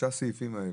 תשעת הסעיפים האלה.